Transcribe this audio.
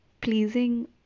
pleasing